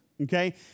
okay